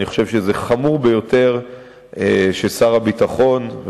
אני חושב שזה חמור ביותר ששר הביטחון,